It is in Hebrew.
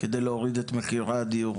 כדי להוריד את מחירי הדיור?